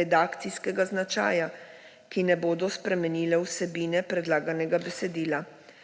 redakcijskega značaja, ki ne bodo spremenile vsebine predlaganega besedila.